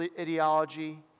ideology